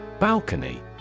Balcony